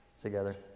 together